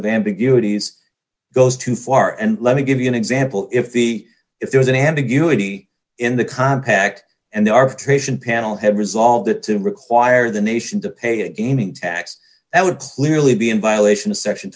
of ambiguities goes too far and let me give you an example if the if there is an ambiguity in the compact and there are trace in panel have resolved it to require the nation to pay a gaming tax that would clearly be in violation of section